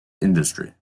industry